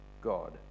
God